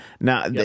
now